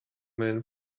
man